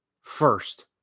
first